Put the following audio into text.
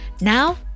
Now